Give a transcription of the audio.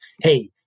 hey